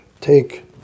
take